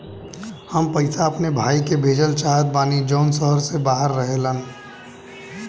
हम पैसा अपने भाई के भेजल चाहत बानी जौन शहर से बाहर रहेलन